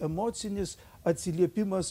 emocinis atsiliepimas